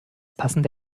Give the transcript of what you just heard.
passende